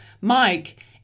Mike